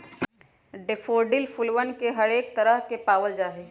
daffodil फूलवन के हरेक तरह के पावल जाहई